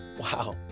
Wow